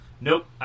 nope